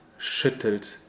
schüttelt